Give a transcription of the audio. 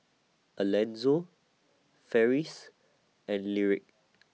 Alanzo Ferris and Lyric